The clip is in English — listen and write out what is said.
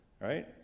right